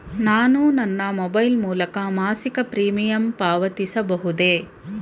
ನಾನು ನನ್ನ ಮೊಬೈಲ್ ಮೂಲಕ ಮಾಸಿಕ ಪ್ರೀಮಿಯಂ ಪಾವತಿಸಬಹುದೇ?